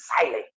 silent